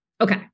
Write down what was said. Okay